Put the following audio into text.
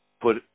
put